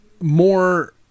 More